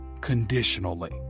conditionally